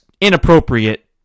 inappropriate